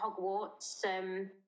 Hogwarts